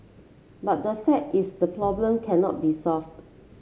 but the fact is the problem cannot be solved